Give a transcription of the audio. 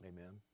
Amen